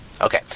Okay